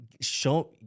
show